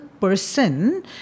person